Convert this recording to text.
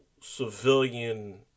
civilian